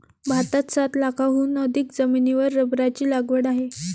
भारतात सात लाखांहून अधिक जमिनीवर रबराची लागवड आहे